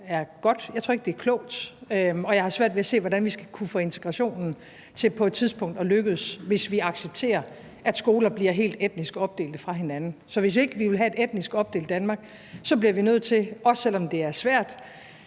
er godt, jeg tror ikke, det er klogt, og jeg har svært ved at se, hvordan vi skal kunne få integrationen til på et tidspunkt at lykkes, hvis vi accepterer, at skoler bliver helt etnisk opdelte. Så hvis ikke vi vil have et etnisk opdelt Danmark, bliver vi, også selv om det er svært,